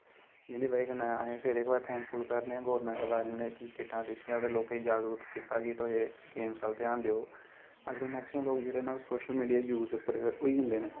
जिं'दी वजह् कन्नै अहें फेर इक बारी थैंकफुल करनें आं गौरमैंट दा जि'नें किटां दित्तियां ते लोकें ई जागरत कीता कि तोहें इस बक्खी ध्यान देओ अजकल्ल मैक्सीमम लोक न सोशल मीडिया दे यूस पर होई जंदे न